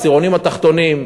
העשירונים התחתונים,